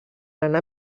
anar